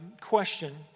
question